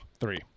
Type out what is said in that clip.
three